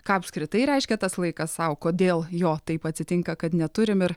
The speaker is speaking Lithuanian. ką apskritai reiškia tas laikas sau kodėl jo taip atsitinka kad neturim ir